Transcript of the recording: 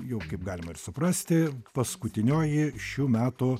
jau kaip galima ir suprasti paskutinioji šių metų